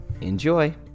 Enjoy